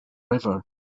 river